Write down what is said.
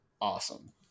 awesome